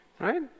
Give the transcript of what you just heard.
Right